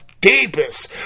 deepest